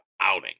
outing